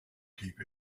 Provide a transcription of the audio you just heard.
keep